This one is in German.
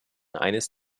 eines